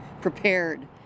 prepared